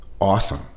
awesome